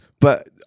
But-